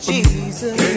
Jesus